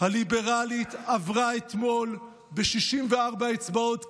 הליברלית עברה אתמול ב-64 אצבעות כאן,